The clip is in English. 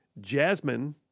Jasmine